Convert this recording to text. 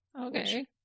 Okay